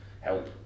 help